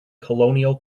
colonial